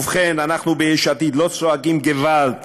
ובכן, אנחנו ביש עתיד לא צועקים געוואלד